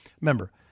Remember